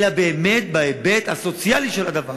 אלא באמת בהיבט הסוציאלי של הדבר,